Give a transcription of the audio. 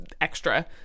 extra